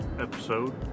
episode